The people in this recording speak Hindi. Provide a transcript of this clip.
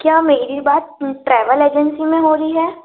क्या मेरी बात ट्रेवल एजेंसी में हो रही है